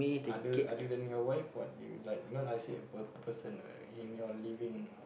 other other than your wife what do you like not I say a person right in your living